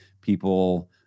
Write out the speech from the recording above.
people